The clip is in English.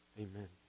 Amen